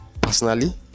Personally